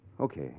Okay